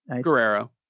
Guerrero